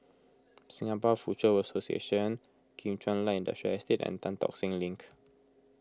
Singapore Foochow Association Kim Chuan Light Industrial Estate and Tan Tock Seng Link